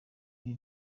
ibi